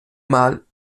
mal